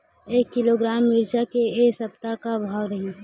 एक किलोग्राम मिरचा के ए सप्ता का भाव रहि?